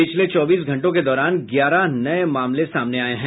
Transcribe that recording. पिछले चौबीस घंटों के दौरान ग्यारह नये मामले आये हैं